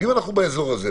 אם אנחנו באזור הזה,